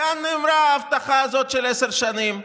לאן נעלמה ההבטחה הזאת של עשר שנים,